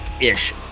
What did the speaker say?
ish